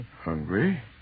Hungry